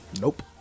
Nope